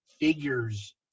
figures